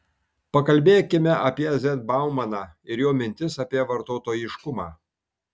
pakalbėkime apie z baumaną ir jo mintis apie vartotojiškumą